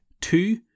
two